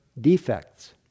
defects